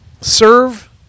Serve